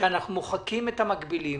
שאנחנו מוחקים את המקבילים